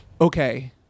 Okay